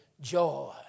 joy